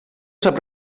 sap